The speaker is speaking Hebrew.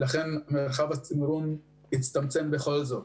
לכן מרחב התמרון הצטמצם בכל זאת.